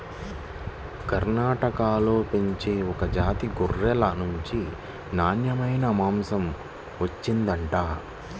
కర్ణాటకలో పెంచే ఒక జాతి గొర్రెల నుంచి నాన్నెమైన మాంసం వచ్చిండంట